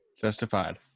Justified